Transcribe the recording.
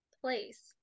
place